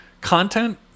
content